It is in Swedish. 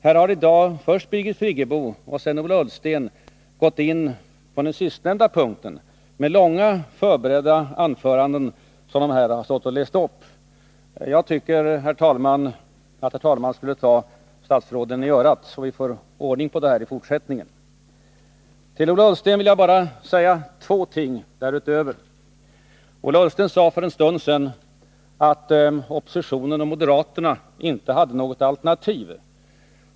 Här har i dag först Birgit Friggebo och sedan Ola Ullsten gått in i debatten på det sistnämnda sättet men med långa, förberedda anföranden, som de har läst upp här. Jag tycker att herr talmannen skulle ta statsråden i örat, så att vi får ordning på detta i fortsättningen. Till Ola Ullsten vill jag bara säga två ting därutöver. Ola Ullsten sade för en stund sedan att socialdemokraterna och moderaterna inte hade något alternativ.